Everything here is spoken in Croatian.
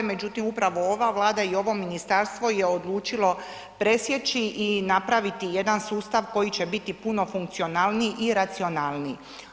Međutim, upravo ova Vlada i ovo ministarstvo je odlučilo presjeći i napraviti jedan sustav koji će biti puno funkcionalniji i racionalniji.